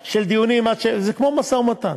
של דיונים עד, זה כמו משא-ומתן.